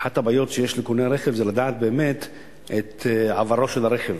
אחת הבעיות של קונה רכב זה לדעת באמת את עברו של הרכב,